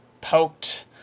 poked